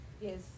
Yes